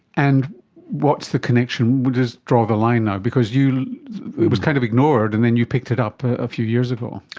and what's the connection? we'll just draw the line now, because it was kind of ignored and then you picked it up a few years ago.